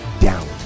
down